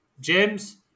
James